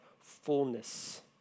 fullness